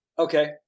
Okay